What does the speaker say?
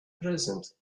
present